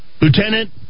Lieutenant